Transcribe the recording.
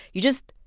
you just.